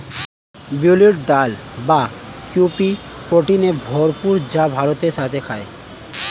বিউলির ডাল বা কাউপি প্রোটিনে ভরপুর যা ভাতের সাথে খায়